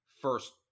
first